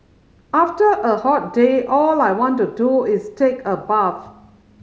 after a hot day all I want to do is take a bath